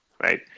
right